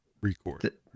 Record